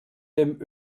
dem